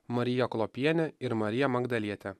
marija klopienė ir marija magdalietė